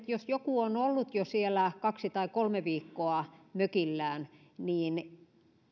jos joku on ollut jo siellä mökillään kaksi tai kolme viikkoa niin